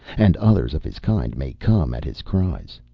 and others of his kind may come at his cries.